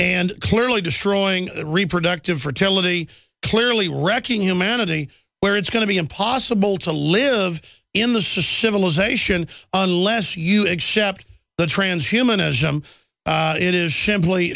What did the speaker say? and clearly destroying reproductive fertility clearly wrecking humanity where it's going to be impossible to live in the civilization unless you accept the transhumanism it is simply